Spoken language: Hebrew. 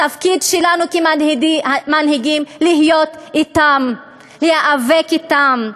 התפקיד שלנו כמנהיגים זה להיות אתם, להיאבק אתם.